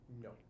no